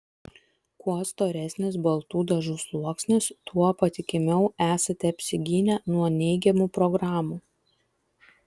kuo storesnis baltų dažų sluoksnis tuo patikimiau esate apsigynę nuo neigiamų programų